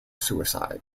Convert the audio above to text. suicide